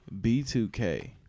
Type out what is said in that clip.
B2K